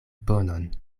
bonon